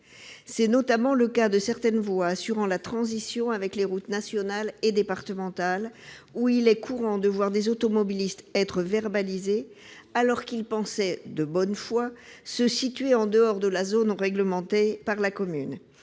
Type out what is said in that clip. C'est notamment le cas de certaines voies assurant la transition avec les routes nationales et départementales, où il est courant de voir des automobilistes verbalisés alors qu'ils pensaient de bonne foi se situer en dehors de la zone réglementée par la commune.